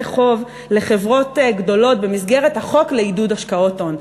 חוב לחברות גדולות במסגרת החוק לעידוד השקעות הון.